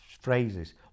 phrases